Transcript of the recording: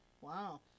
Wow